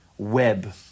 Web